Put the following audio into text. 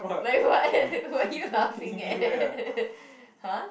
like what what you laughing at !huh!